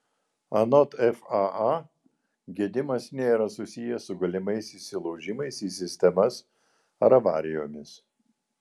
anot faa gedimas nėra susijęs su galimais įsilaužimais į sistemas ar avarijomis